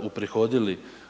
uprihodili